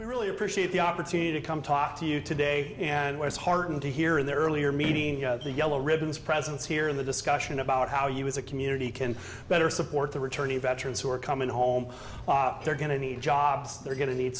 really appreciate the opportunity to come talk to you today and was heartened to hear in the earlier meeting the yellow ribbons presence here the discussion about how you as a community can better support the returning veterans who are coming home they're going to need jobs they're going to need